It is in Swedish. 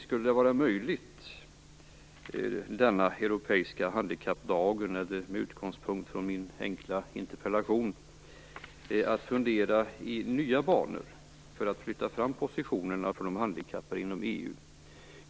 Skulle det vara möjligt med en sådan europeisk handikappslag, eller att med utgångspunkt från min enkla interpellation fundera i nya banor för att flytta fram positionerna för de handikappade inom EU?